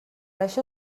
això